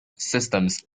systems